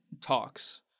talks